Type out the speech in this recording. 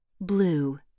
Blue